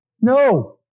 No